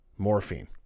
morphine